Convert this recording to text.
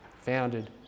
founded